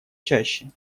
чаще